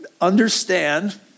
understand